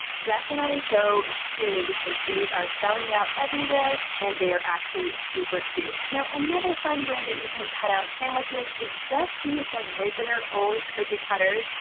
definitely go soon, because these are selling out everywhere and they are actually super cute. now, another fun way that you can cut out sandwiches, is just to use some regular old cookie cutters.